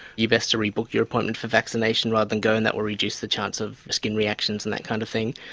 you're best to rebook your appointment for vaccination rather than go in. that will reduce the chance of skin reactions and that kind of thing.